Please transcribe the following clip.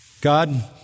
God